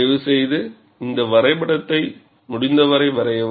தயவுசெய்து இந்த வரைபடத்தை முடிந்தவரை வரையவும்